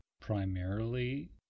primarily